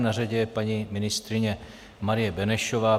Na řadě je paní ministryně Marie Benešová.